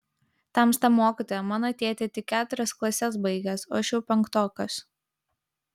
tamsta mokytoja mano tėtė tik keturias klases baigęs o aš jau penktokas